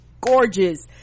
gorgeous